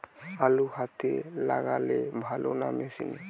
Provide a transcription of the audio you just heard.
আলু হাতে লাগালে ভালো না মেশিনে?